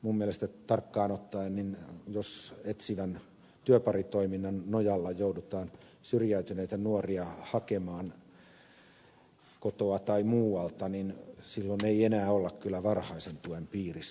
minun mielestäni tarkkaan ottaen jos etsivän työparitoiminnan nojalla joudutaan syrjäytyneitä nuoria hakemaan kotoa tai muualta niin silloin ei enää olla kyllä varhaisen tuen piirissä